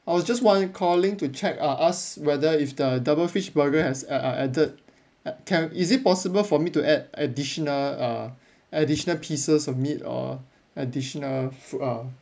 I was just want calling to check uh ask whether if the double fish burger has a~ uh added can is it possible for me to add additional uh additional pieces of meat or additional food uh